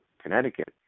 Connecticut